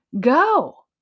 Go